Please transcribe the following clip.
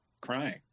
crying